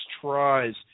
tries